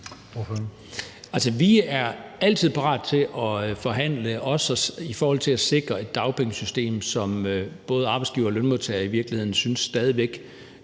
vi er altid parate til at forhandle, også om at sikre et dagpengesystem, som både arbejdsgivere og lønmodtagere i virkeligheden stadig væk